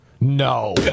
No